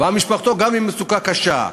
ומשפחתו גם היא במצוקה קשה,